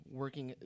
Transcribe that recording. working